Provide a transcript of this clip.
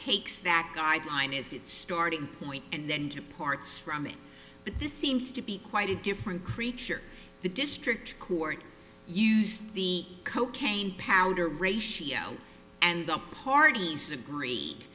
takes that guideline is its starting point and then departs from it but this seems to be quite a different creature the district court used the cocaine powder ratio and the parties agree